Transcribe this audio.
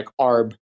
arb